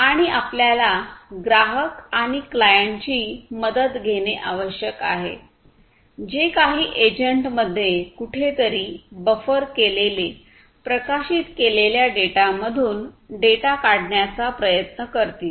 आणि आपल्याला ग्राहक आणि क्लायंटची मदत घेणे आवश्यक आहे जे काही एजंटमध्ये कुठेतरी बफर केलेले प्रकाशित केलेल्या डेटामधून डेटा काढण्याचा प्रयत्न करतील